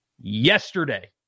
Yesterday